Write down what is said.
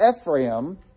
Ephraim